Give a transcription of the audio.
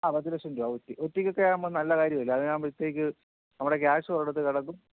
ആ പത്ത് ലക്ഷം രൂപ ഒറ്റി ഒറ്റയ്ക്കൊക്കെ ആവുമ്പോൾ നല്ല കാര്യം അല്ലേ അങ്ങനെ ആവുമ്പോളത്തേക്ക് നമ്മുടെ ക്യാഷ് ഒരിടത്ത് കിടക്കും